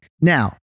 Now